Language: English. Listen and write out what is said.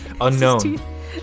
unknown